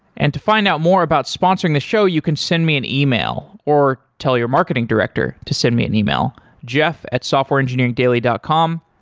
and to find out more about sponsoring the show, you can send me an email or tell your marketing director to send me an email, jeff at softwareengineeringdaily dot com